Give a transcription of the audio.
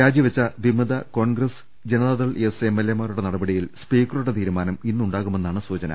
രാജിവെച്ച വിമത കോൺഗ്രസ് ജന താദൾഎസ് എംഎൽഎമാരുടെ നടപടിയിൽ സ്പീക്കറുടെ തീരു മാനം ഇന്നുണ്ടാകുമെന്നാണ് സൂചന